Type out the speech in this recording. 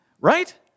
Right